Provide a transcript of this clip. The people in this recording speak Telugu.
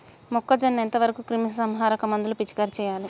మొక్కజొన్న ఎంత వరకు క్రిమిసంహారక మందులు పిచికారీ చేయాలి?